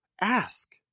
Ask